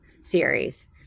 series